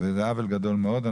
זה עוול גדול מאוד.